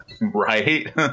Right